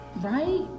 Right